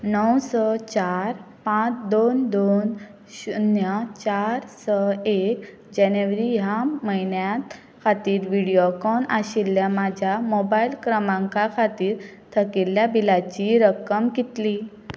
णव स चार पांच दोन दोन शुन्य चार स एक जानेेवारी ह्या म्हयन्या खातीर व्हिडियोकॉन आशिल्ल्या म्हाज्या मोबायल क्रमांका खातीर थकिल्ल्या बिलाची रक्कम कितली